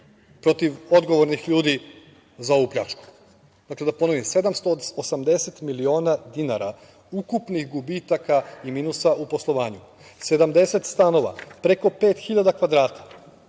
protiv odgovornih ljudi za ovu pljačku. Dakle, da ponovim, 780 miliona dinara ukupnih gubitaka i minusa u poslovanju, 70 stanova, preko 5.000 kvadrata,